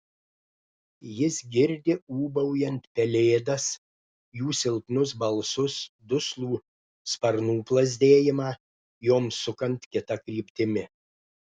jis girdi ūbaujant pelėdas jų silpnus balsus duslų sparnų plazdėjimą joms sukant kita kryptimi